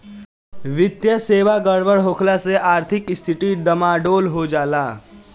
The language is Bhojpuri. वित्तीय सेवा गड़बड़ होखला से आर्थिक स्थिती डमाडोल हो जाला